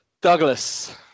Douglas